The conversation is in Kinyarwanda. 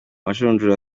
amajonjora